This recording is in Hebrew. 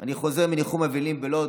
אני חוזר מניחום אבלים בלוד.